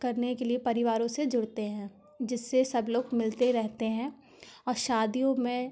करने के लिए परिवारों से जुड़ते हैं जिससे सब लोग मिलते रहते हैं और शादियों में